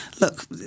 look